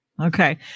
Okay